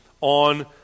on